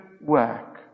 work